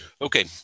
Okay